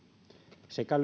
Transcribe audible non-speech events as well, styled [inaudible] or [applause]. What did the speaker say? sekä [unintelligible]